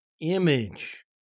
image